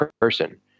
person